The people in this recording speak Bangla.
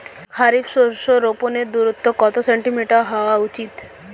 খারিফ শস্য রোপনের দূরত্ব কত সেন্টিমিটার হওয়া উচিৎ?